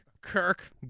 Kirk